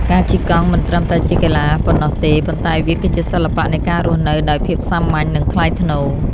ការជិះកង់មិនត្រឹមតែជាកីឡាប៉ុណ្ណោះទេ ប៉ុន្តែវាគឺជាសិល្បៈនៃការរស់នៅដោយភាពសាមញ្ញ និងថ្លៃថ្នូរ។